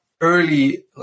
early